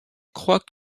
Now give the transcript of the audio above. croit